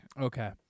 Okay